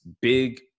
big